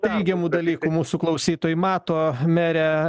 teigiamų dalykų mūsų klausytojai mato mere